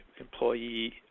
employee